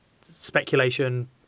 speculation